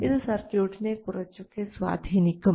ഇത് സർക്യൂട്ടിനെ കുറച്ചൊക്കെ സ്വാധീനിക്കും